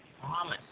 promise